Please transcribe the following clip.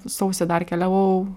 sausį dar keliavau